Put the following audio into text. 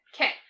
Okay